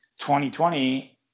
2020